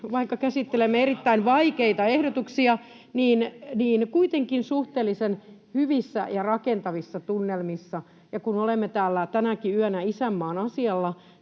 vaikka käsittelemme erittäin vaikeita ehdotuksia, niin kuitenkin suhteellisen hyvissä ja rakentavissa tunnelmissa. Ja kun olemme täällä tänäkin yönä isänmaan asialla,